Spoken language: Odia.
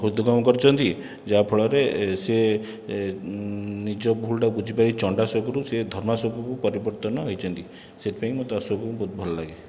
ହୃଦଙ୍ଗମ କରିଛନ୍ତି ଯାହା ଫଳରେ ସେ ନିଜ ଭୁଲଟାକୁ ବୁଝିପାରି ଚଣ୍ଡାଶୋକରୁ ସେ ଧର୍ମାଶୋକକୁ ପରିବର୍ତ୍ତନ ହୋଇଛନ୍ତି ସେଇଥିପାଇଁ ମୋତେ ଅଶୋକଙ୍କୁ ବହୁତ ଭଲ ଲାଗେ